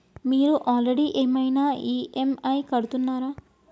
మీరు ఆల్రెడీ ఏమైనా ఈ.ఎమ్.ఐ కడుతున్నారా?